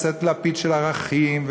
לשאת לפיד של ערכים,